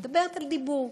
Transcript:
אני מדברת על דיבור.